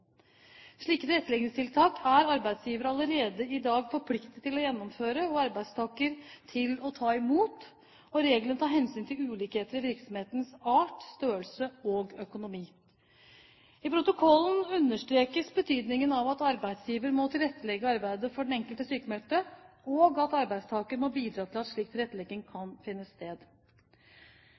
Slike tilretteleggingstiltak er arbeidsgiver allerede i dag forpliktet til å gjennomføre og arbeidstaker til å ta imot, og reglene tar hensyn til ulikheter i virksomhetenes art, størrelse og økonomi. I protokollen understrekes betydningen av at arbeidsgiver må tilrettelegge arbeidet for den enkelte sykmeldte, og at arbeidstaker må bidra til at slik tilrettelegging kan finne sted.